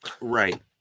Right